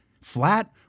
flat